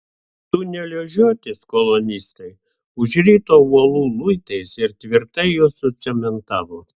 tunelio žiotis kolonistai užrito uolų luitais ir tvirtai juos sucementavo